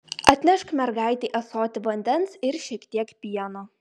atnešk mergaitei ąsotį vandens ir šiek tiek pieno